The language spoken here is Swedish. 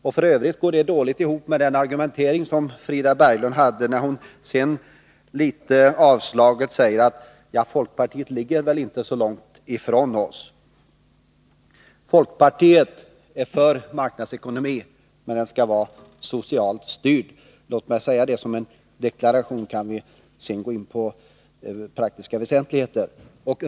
F. ö. går denna beskrivning dåligt ihop med den argumentering som Frida Berglund använde, när hon senare litet avslaget sade att folkpartiet ligger väl inte så långt ifrån oss socialdemokrater. Folkpartiet är för marknadsekonomi, men den skall vara socialt styrd. Låt mig säga det som en deklaration, så kan vi sedan gå in på praktiska väsentligheter.